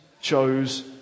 chose